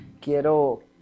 Quiero